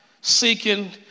Seeking